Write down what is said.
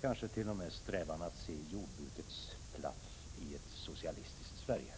kanske t.o.m. strävan att se jordbrukets plats i ett socialistiskt Sverige?